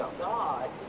God